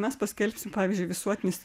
mes paskelbsim pavyzdžiui visuotinis